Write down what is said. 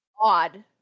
odd